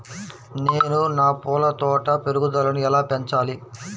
నేను నా పూల తోట పెరుగుదలను ఎలా పెంచాలి?